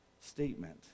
statement